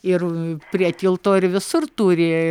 ir prie tilto ir visur turi